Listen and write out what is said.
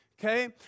Okay